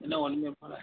என்ன ஒன்றுமே போகல